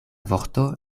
vorto